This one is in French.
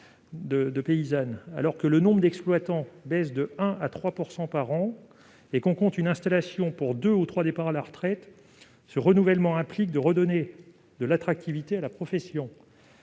de paysans. Alors que le nombre d'exploitants baisse de 1 % à 3 % par an et qu'on compte une installation pour deux ou trois départs à la retraite, ce renouvellement implique de redonner de l'attractivité à la profession.